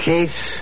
Case